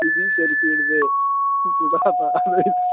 मिगी सिर पीड़ ते थोह्ड़ा ताप होई दा